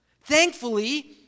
Thankfully